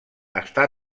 està